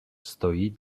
stojí